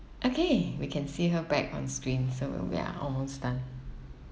okay we can see her back on screen so we are almost done